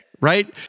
right